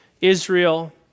Israel